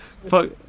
fuck